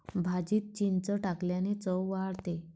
भाजीत चिंच टाकल्याने चव वाढते